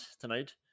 tonight